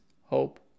hope